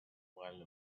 while